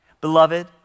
Beloved